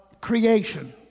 creation